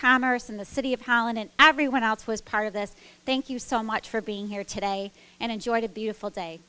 commerce in the city of hallinan everyone else was part of this thank you so much for being here today and enjoyed a beautiful day